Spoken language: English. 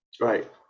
Right